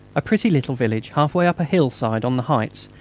a pretty little village half-way up a hillside on the heights,